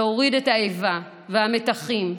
להפחית את האיבה והמתחים,